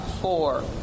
four